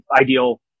ideal